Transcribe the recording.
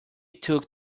took